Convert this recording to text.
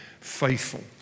faithful